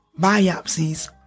biopsies